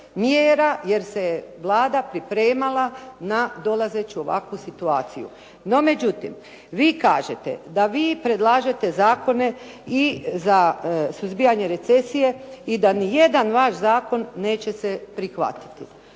mjera, jer se Vlada pripremala na dolazeću ovakvu situaciju. No međutim, vi kažete da vi predlažete zakone i za suzbijanje recesije i da nijedan vaš zakon neće se prihvatiti.